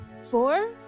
four